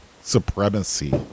supremacy